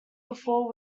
before